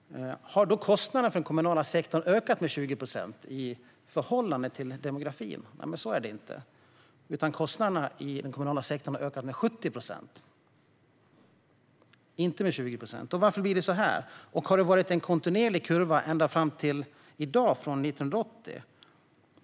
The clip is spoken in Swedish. Har kostnaderna för den kommunala sektorn också ökat med 20 procent, jämsides med demografin? Nej, så är det inte. Kostnaderna i den kommunala sektorn har ökat med 70 procent, inte med 20. Varför blir det så här? Har kurvan varit kontinuerlig från 1980 fram till i dag?